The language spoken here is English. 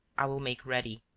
i will make ready.